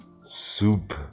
Soup